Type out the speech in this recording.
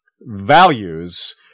values